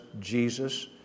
Jesus